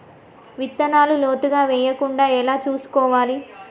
విత్తనాలు లోతుగా వెయ్యకుండా ఎలా చూసుకోవాలి?